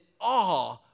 awe